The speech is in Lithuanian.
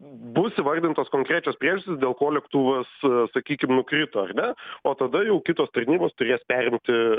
bus įvardintos konkrečios priežastys dėl ko lėktuvas sakykim nukrito ar ne o tada jau kitos tarnybos turės perimti